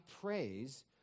praise